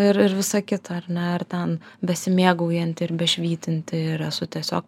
ir ir visa kita ar ne ar ten besimėgaujanti ir be švytinti ir esu tiesiog